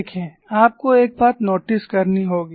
देखें आपको एक बात नोटिस करनी होगी